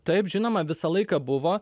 taip žinoma visą laiką buvo